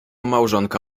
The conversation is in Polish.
małżonka